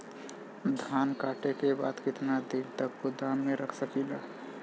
धान कांटेके बाद कितना दिन तक गोदाम में रख सकीला?